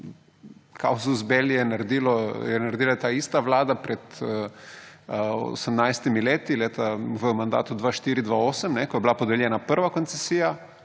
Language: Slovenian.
casus belli je naredila ta ista vlada pred 18 leti v mandatu 2004–2008, ko je bila podeljena prva koncesija